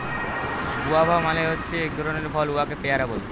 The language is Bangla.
গুয়াভা মালে হছে ইক ধরলের ফল উয়াকে পেয়ারা ব্যলে